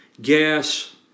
gas